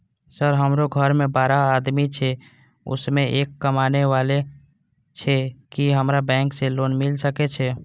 Sir हमरो घर में बारह आदमी छे उसमें एक कमाने वाला छे की हमरा बैंक से लोन मिल सके छे?